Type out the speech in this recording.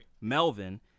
Melvin